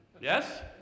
Yes